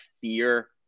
fear